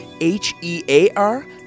H-E-A-R